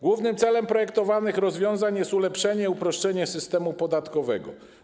Głównym celem projektowanych rozwiązań jest ulepszenie, uproszczenie systemu podatkowego.